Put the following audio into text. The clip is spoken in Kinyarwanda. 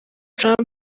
trump